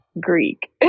Greek